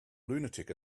lunatic